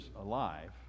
alive